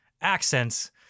accents